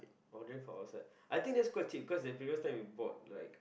order from outside I think that's quite cheap cause the previous time we bought like